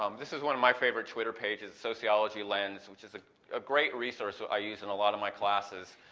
um this is one of my favorite twitter pages sociologylens, which is ah a great resource that so i use in a lot of my classes.